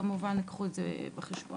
כמובן קחו את זה בחשבון.